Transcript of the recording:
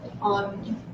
on